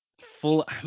full